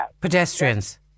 Pedestrians